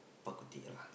bak-kut-teh lah